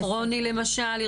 כרוני למשל?